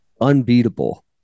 unbeatable